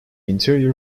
interior